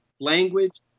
language